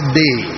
day